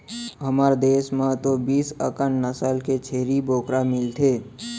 हमर देस म तो बीस अकन नसल के छेरी बोकरा मिलथे